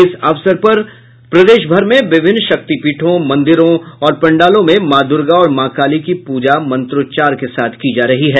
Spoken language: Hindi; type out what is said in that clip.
इस अवसर पर प्रदेश भर में विभिन्न शक्तिपीठों मंदिरों और पंडालों में माँ दूर्गा और माँ काली की प्रजा मंत्रोचार के साथ की जा रही है